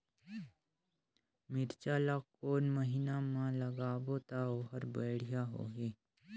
मिरचा ला कोन महीना मा लगाबो ता ओहार बेडिया होही?